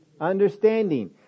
Understanding